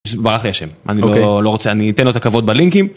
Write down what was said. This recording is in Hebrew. ברח לי השם, אני לא רוצה, אני אתן לו את הכבוד בלינקים